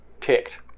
ticked